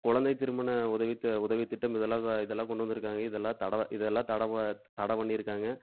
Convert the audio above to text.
குழந்தை திருமண உதவி து உதவி திட்டம் இதெல்லாம் இதெல்லாம் கொண்டு வந்துருக்காங்க இதெல்லாம் தட இதெல்லாம் தட ப தட பண்ணிருக்காங்க